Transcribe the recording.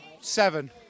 seven